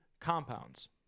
compounds